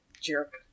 jerk